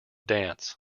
dance